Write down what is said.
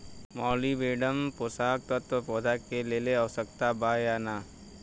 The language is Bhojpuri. मॉलिबेडनम पोषक तत्व पौधा के लेल अतिआवश्यक बा या न?